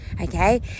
okay